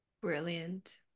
Brilliant